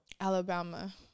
Alabama